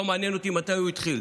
לא מעניין אותי מתי הוא התחיל.